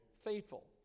Faithful